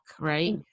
right